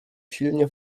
silnie